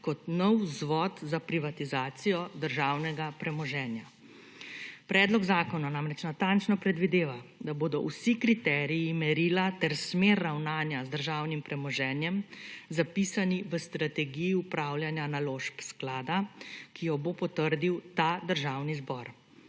kot nov vzvod za privatizacijo državnega premoženja. Predlog zakona namreč natančno predvideva, da bodo vsi kriteriji in merila ter smer ravnanja z državnim premoženjem zapisani v strategiji upravljanja naložb sklada, ki jo bo potrdil ta državni zbor.